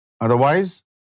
Otherwise